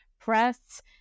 Press